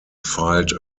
filed